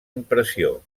impressió